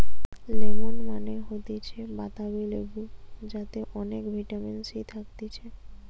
lemon মানে হতিছে বাতাবি লেবু যাতে অনেক ভিটামিন সি থাকতিছে